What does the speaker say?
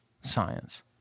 science